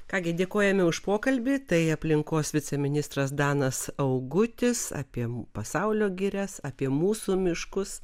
ką gi dėkojame už pokalbį tai aplinkos viceministras danas augutis apie pasaulio girias apie mūsų miškus